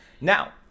Now